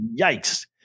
Yikes